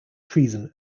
treason